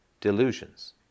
delusions